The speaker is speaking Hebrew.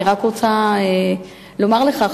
אני רק רוצה לומר לך,